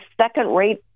second-rate